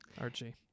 Archie